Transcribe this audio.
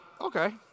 okay